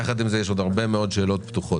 יחד עם זאת, יש עוד הרבה שאלות פתוחות.